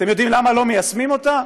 אתם יודעים למה לא מיישמים אותה?